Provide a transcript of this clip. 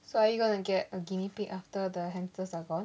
so are you gonna get a guinea pig after the hamsters are gone